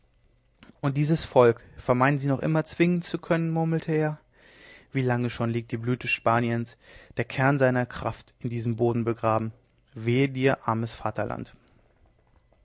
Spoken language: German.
und dieses volk vermeinen sie noch immer zwingen zu können murmelte er wie lange schon liegt die blüte spaniens der kern seiner kraft in diesem boden begraben wehe dir armes